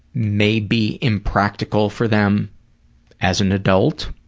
may be impractical for them as an adult,